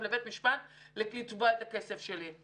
לבית משפט כדי לתבוע את קבלת הכסף שלי.